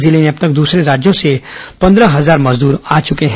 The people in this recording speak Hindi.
जिले में अब तक दूसरे राज्यों से पंद्रह हजार मजदूर आ चुके हैं